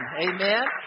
Amen